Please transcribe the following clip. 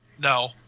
No